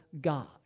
God